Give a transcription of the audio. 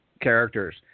characters